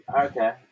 Okay